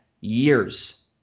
years